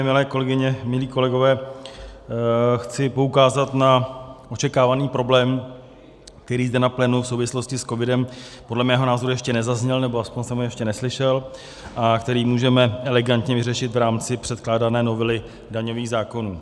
Milé kolegyně, milí kolegové, chci poukázat na očekávaný problém, který zde na plénu v souvislosti s covidem podle mého názoru ještě nezazněl, nebo aspoň jsem ho ještě neslyšel, a který můžeme elegantně vyřešit v rámci předkládané novely daňových zákonů.